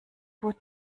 would